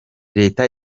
leta